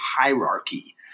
hierarchy